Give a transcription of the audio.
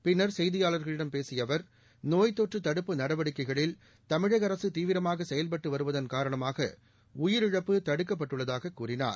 பின்னா் செய்தியாளா்களிடம் பேசிய அவா் நோய் தொற்று தடுப்பு நடவடிக்கைகளில் தமிழக அரசு தீவிரமாக செயல்பட்டு வருவதன் காரணமாக உயிரிழப்பு தடுக்கப்பட்டுள்ளதாகக் கூறினார்